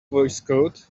voicecode